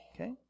Okay